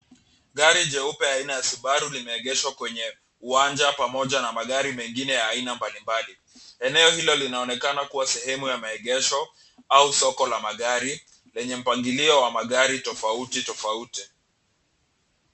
Gari jeupe aina ya subaru limeegeshwa kwenye uwanja pamoja na magari mengine ya aina mbalimbali. Eneo hilo linaonekana kuwa sehemu ya maegesho au soko la magari, lenye mpangilio wa magari tofauti tofauti.